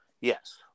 Yes